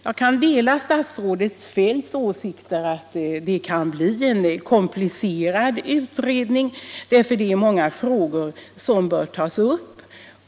Jag kan dela statsrådet Feldts åsikter att det kan bli en komplicerad utredning, för det är många frågor som bör tas upp.